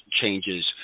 changes